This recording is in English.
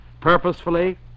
purposefully